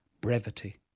brevity